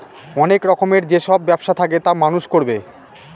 অনেক রকমের যেসব ব্যবসা থাকে তা মানুষ করবে